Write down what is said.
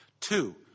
Two